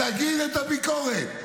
תגיד את הביקורת.